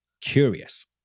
curious